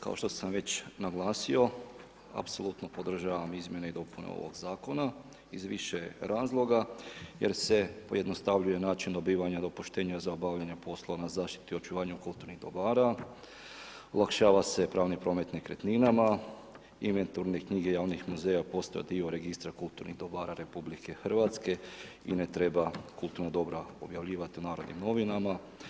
Kao što sam već naglasio, apsolutno podržavam izmjene i dopune ovog Zakona iz više razloga jer se pojednostavljuje način dobivanja dopuštenja za obavljanje poslova na zaštiti i očuvanju kulturnih dobara, olakšava se pravni promet nekretninama, inventurne knjige javnih muzeja postaju dio Registra kulturnih dobara RH i ne treba kulturna dobra objavljivati u Narodnim Novinama.